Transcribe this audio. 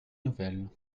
nouvelle